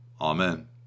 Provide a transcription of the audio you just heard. Amen